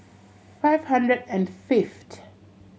five hundred and fifth